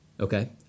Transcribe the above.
Okay